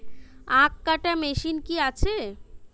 আখ কাটা মেশিন কি আছে?